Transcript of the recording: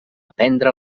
prendre